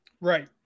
Right